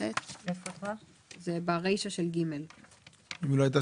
תחול על פקיד השומה חובת הראיה אם קבע קביעות